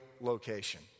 location